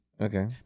Okay